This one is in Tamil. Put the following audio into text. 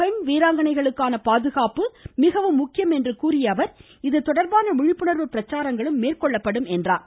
பெண் வீராங்கனைகளுக்கான பாதுகாப்பு மிகவும் முக்கியம் என்று கூறிய அவர் இது தொடர்பான விழிப்புணர்வு பிரச்சாரங்களும் மேற்கொள்ளப்படும் என்றார்